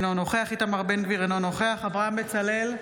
אינו נוכח איתמר בן גביר, אינו נוכח אברהם בצלאל,